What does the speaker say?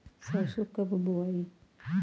सरसो कब बोआई?